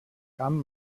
camp